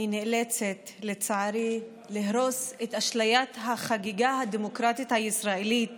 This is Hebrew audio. אני נאלצת לצערי להרוס את אשליית החגיגה הדמוקרטית הישראלית